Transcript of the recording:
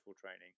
training